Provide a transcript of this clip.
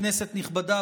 כנסת נכבדה,